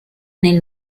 nel